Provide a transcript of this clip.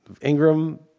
Ingram